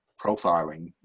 profiling